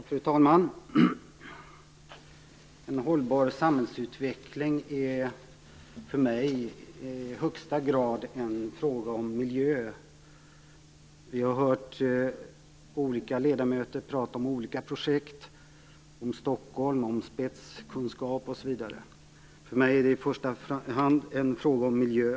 Fru talman! En hållbar samhällsutveckling är för mig i högsta grad en fråga om miljö. Vi har hört olika ledamöter tala om olika projekt, om Stockholm, om spetskunskap osv. För mig är det i första hand en fråga om miljö.